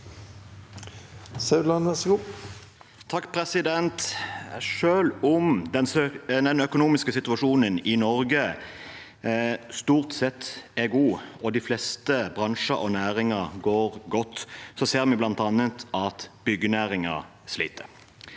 Selv om den økonomiske situasjonen i Norge stort sett er god, og de fleste bransjer og næringer går godt, ser vi bl.a. at byggenæringen sliter.